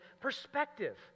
perspective